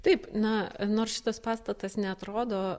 taip na nors šitas pastatas neatrodo